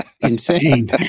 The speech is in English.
insane